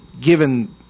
given